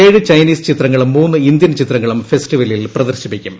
ഏഴ് ചൈനീസ് ചിത്രങ്ങളും മൂന്ന് ഇന്ത്യൻ ചിത്രങ്ങളും ഫെസ്റ്റിവലിൽ പ്രദർശിപ്പിക്കും